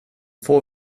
får